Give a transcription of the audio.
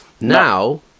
now